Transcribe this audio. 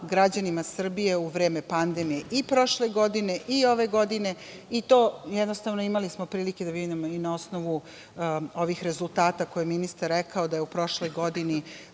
građanima Srbije u vreme pandemije i prošle godine i ove godine, i to jednostavno, imali smo prilike da vidimo na osnovu ovih rezultata koje je ministar rekao da je u prošloj godini